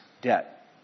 debt